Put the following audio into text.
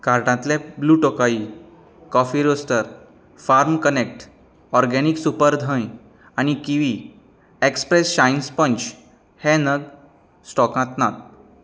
कार्टांतले blue Tokai coffee roaster farm connect organic super धंय आनी किवी एक्सप्रेस शाइन स्पंज हे नग स्टॉकांत नात